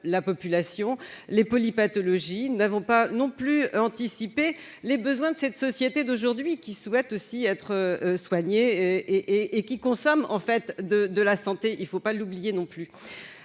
la population, les polypathologies n'avons pas non plus anticiper les besoins de cette société d'aujourd'hui qui souhaite aussi être soignée et qui consomment en fait de de la santé, il ne faut pas l'oublier non plus,